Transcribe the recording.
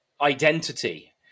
identity